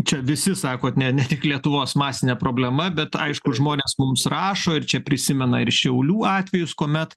čia visi sakot ne ne tik lietuvos masinė problema bet aišku žmonės mums rašo ir čia prisimena ir šiaulių atvejus kuomet